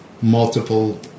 multiple